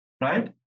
right